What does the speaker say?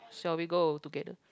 shall we go together